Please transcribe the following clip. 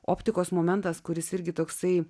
optikos momentas kuris irgi toksai